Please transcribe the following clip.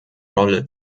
rolle